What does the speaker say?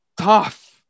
tough